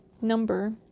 number